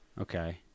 Okay